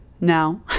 now